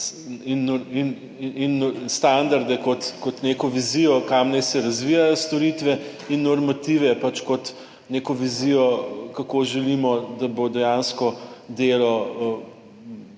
in standarde kot, kot neko vizijo, kam naj se razvijajo storitve in normative pač kot neko vizijo, kako želimo, da bo dejansko delo